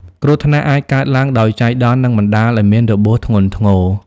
គ្រោះថ្នាក់អាចកើតឡើងដោយចៃដន្យនិងបណ្តាលឱ្យមានរបួសធ្ងន់ធ្ងរ។